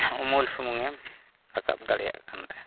ᱩᱢᱩᱞ ᱥᱩᱢᱩᱝᱮᱢ ᱨᱟᱠᱟᱵ ᱫᱟᱲᱭᱟᱜ ᱠᱟᱱ ᱛᱟᱦᱮᱸᱫ